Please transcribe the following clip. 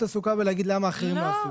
את עסוקה בלומר למה אחרים לא עשו.